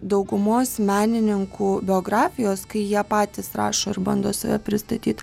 daugumos menininkų biografijos kai jie patys rašo ir bando save pristatyt